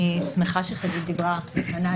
אני שמחה שחגית דיברה לפניי,